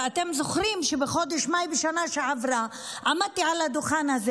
אתם זוכרים שבחודש מאי בשנה שעברה עמדתי על הדוכן הזה